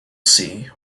see